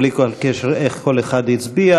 בלי כל קשר איך כל אחד הצביע,